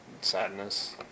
Sadness